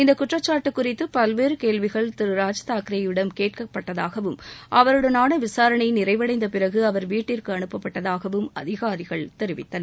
இந்தக் குற்றச்சாட்டு குறித்து பல்வேறு கேள்விகள் திருராஜ்தாக்கரேவிடம் கேட்கப்பட்டதாகவும் அவருடனான விசாரணை நிறைவடைந்தபிறகு அவர் விட்டிற்கு அனுப்பப்பட்டதாகவும் அதிகாரிகள் தெரிவித்தனர்